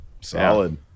solid